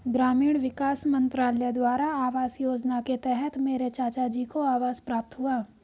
ग्रामीण विकास मंत्रालय द्वारा आवास योजना के तहत मेरे चाचाजी को आवास प्राप्त हुआ